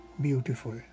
beautiful